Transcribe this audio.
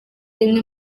imwe